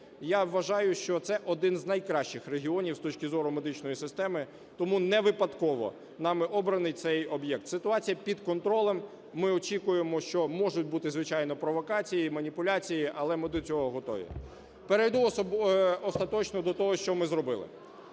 я вважаю, що це один з найкращих регіонів з точки зору медичної системи, тому невипадково нами обраний цей об'єкт. Ситуація під контролем. Ми очікуємо, що можуть бути, звичайно, провокації і маніпуляції, але ми до цього готові. Перейду остаточно до того, що ми зробили.